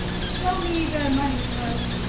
show me the money, carla.